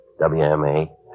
WMA